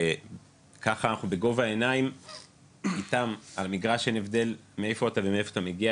וככה אנחנו בגובה העיניים איתם על המגרש אין הבדל מאיפה אתה מגיע,